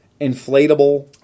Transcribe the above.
inflatable